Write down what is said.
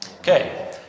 Okay